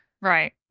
Right